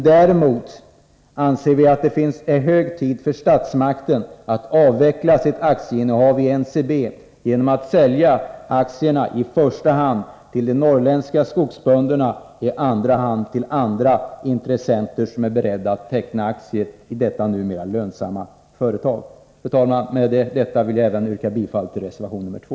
Däremot anser vi att det är hög tid för statsmakten att avveckla sitt aktieinnehav i NCB genom att sälja aktierna, i första hand till de norrländska skogsbönderna, i andra hand till andra intressenter som är beredda att teckna aktier i detta numera lönsamma företag. Fru talman! Med detta vill jag även yrka bifall till reservation nr 2.